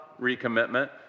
recommitment